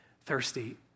thirsty